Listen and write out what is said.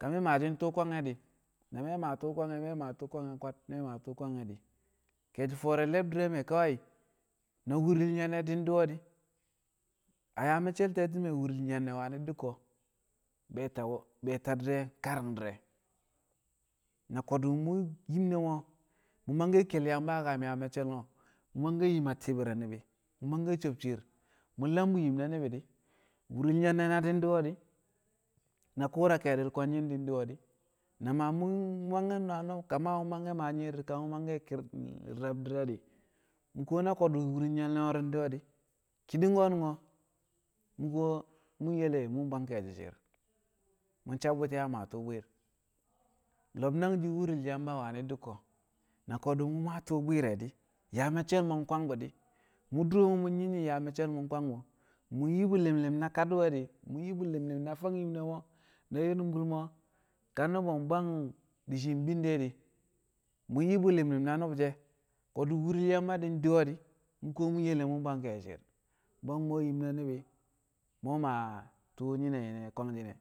ka mi̱ maashi̱ tu̱u̱ kwange̱ di̱ na me̱ maa tu̱u̱ kwange̱ me̱ maa tu̱u̱ kwad me̱ maa tu̱u̱ di̱ ke̱e̱shɪ fo̱o̱re̱ le̱bdi̱r re̱ me̱ kawai na wu̱ri̱l Nyanne̱ di̱ diwe di̱ a yaa me̱cce̱l te̱ti̱me̱ wu̱ri̱l Nyanne̱ wani̱ dikko be̱ ta be̱ ta di̱re̱ kari̱ng di̱re̱ na ko̱du̱ mu̱ yim be mo̱ mu̱ mangke̱ ke̱l Yamba a kam ne̱ yaa me̱cce̱l mo̱ mu̱ mangke̱ yim a kam ti̱i̱bi̱re̱l ni̱bi̱ mu̱ mangke̱ sob shi̱i̱r mu̱ lam bu̱ yim na ni̱bi̱ di̱ wu̱ri̱l Nyanne̱ na di̱ diwe̱ di̱ na ku̱u̱ra ke̱e̱di̱ kwangshi̱n di̱ diwo di̱ na ma mu̱ mangke̱ ma ka mu̱ mangke̱ maa nyi̱i̱di̱r di̱ ka mu̱ mangke̱ ki̱r re̱b di̱re̱ di̱ mu̱ kuwo na ko̱du̱ wu̱ri̱l Nyanne̱ wo̱ro̱ diwe̱ di̱ ki̱ni̱ng ko̱ mu̱ kuwo mu̱ yele mu̱ bwang ke̱e̱shi̱ shi̱i̱r mu̱ sabbu̱ti̱ a maa tu̱u̱ bwi̱i̱r lo̱b nangshi̱ wu̱ri̱l Yamba wani̱ dikko na ko̱du̱ mu̱ maa tu̱u̱ bwi̱i̱r re̱ di̱ ya me̱ccel mo kwang bu di mu dure mun nyim nyim yaa me̱cce̱l mo̱ kwang bu̱ di̱ mu̱ yi bu̱ li̱m li̱m na kadi̱we̱ di̱ mu̱ yi bu̱ li̱m li̱m na fang yim ne̱ mo̱ na yi̱ri̱mbu̱l mo̱ ka nu̱bu̱ bwang di̱ shii bim de̱ di̱ mu̱ yim bu̱ li̱m li̱m na nu̱bu̱ she̱ ko̱du̱l wu̱ri̱l Yamba di̱ diwo di̱ mu̱ kuwo mu̱ yele mu̱ bwang ke̱e̱shi̱ shi̱i̱r bwang mu̱ we̱ yim na ni̱bi̱ mu̱ we̱ maa tu̱u̱ nyine nyine kwangshi̱ne̱ ko̱du̱ mu̱ yim kwangshi̱n.